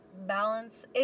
balance